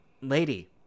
Lady